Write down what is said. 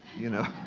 you know,